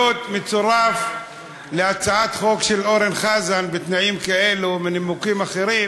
להיות מצורף להצעת חוק של אורן חזן בתנאים כאלו ונימוקים אחרים,